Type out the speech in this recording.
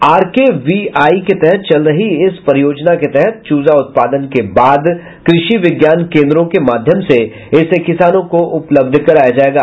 RKVY के तहत चल रही इस परियोजना के तहत चूजा उत्पादन के बाद कृषि विज्ञान केन्द्रों के माध्यम से इसे किसानों को उपलब्ध कराया जायेगा